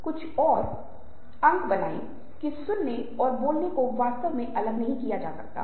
यहाँ हमें इस शब्द को अवधारणा से और सहानुभूति शब्द से अलग करने की आवश्यकता है